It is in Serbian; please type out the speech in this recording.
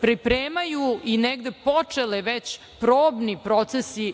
pripremaju i negde počeli već probni procesi